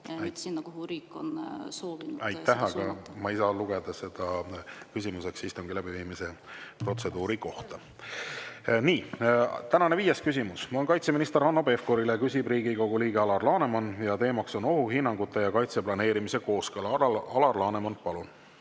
protseduuri kohta. Aitäh! Aga ma ei saa lugeda seda küsimuseks istungi läbiviimise protseduuri kohta. Nii. Tänane viies küsimus on kaitseminister Hanno Pevkurile, küsib Riigikogu liige Alar Laneman ja teema on ohuhinnangute ja kaitseplaneerimise kooskõla. Alar Laneman, palun!